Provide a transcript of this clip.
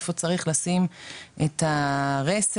איפה צריך לשים את הרסן,